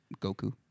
Goku